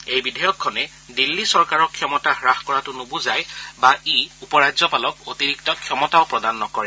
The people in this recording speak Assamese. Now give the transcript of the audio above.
এই বিধেয়কখনে দিল্লী চৰকাৰৰ ক্ষমতা হ্ৰাস কৰাটো নুবুজায় বা ই উপ ৰাজ্যপালক অতিৰিক্ত ক্ষমতাও প্ৰদান নকৰে